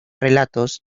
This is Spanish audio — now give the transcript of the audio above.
relatos